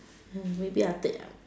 maybe I will tick up